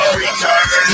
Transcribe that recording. return